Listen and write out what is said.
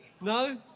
No